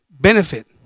benefit